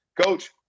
Coach